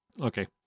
okay